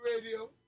radio